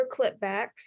clipbacks